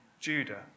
Judah